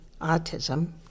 autism